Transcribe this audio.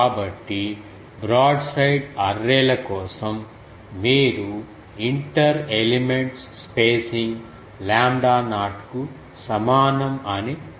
కాబట్టి broadside array ల కోసం మీరు inter elements spacing lambda naught కు సమానం అని చెప్పవచ్చు